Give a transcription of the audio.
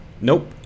Nope